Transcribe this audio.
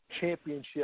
championship